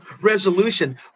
resolution